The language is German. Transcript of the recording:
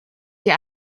die